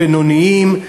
בינוניים,